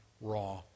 raw